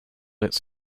its